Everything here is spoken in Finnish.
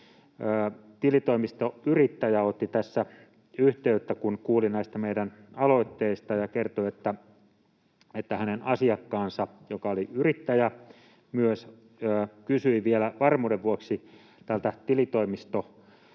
Tilitoimistoyrittäjä otti tässä yhteyttä, kun kuuli näistä meidän aloitteistamme, ja kertoi, että hänen asiakkaansa, joka oli myös yrittäjä, kysyi vielä varmuuden vuoksi tältä käyttämältään